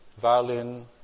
violin